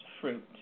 fruit